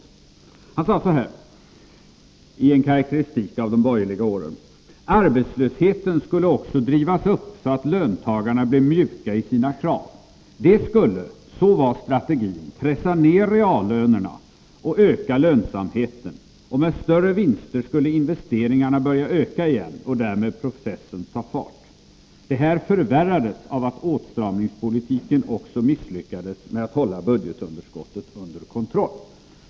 Han sade på följande sätt, i en karakteristik av de borgerliga åren: ”arbetslösheten skulle också drivas upp så att löntagarna blev mjuka i sina krav. Det skulle — så var strategin — pressa ned reallönerna och öka lönsamheten och med större vinster skulle investeringarna börja öka igen och därmed processen ta fart. —--- Det här förvärrades av att åstramningspolitiken också misslyckades med att hålla budgetunderskottet under kontroll”.